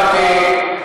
הסתובבת פה,